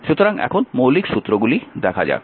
সুতরাং এখন মৌলিক সূত্রগুলি দেখা যাক